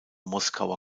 moskauer